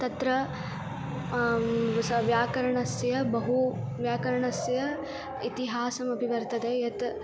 तत्र स व्याकरणस्य बहु व्याकरणस्य इतिहासः अपि वर्तते यत्